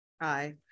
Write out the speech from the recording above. aye